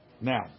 Now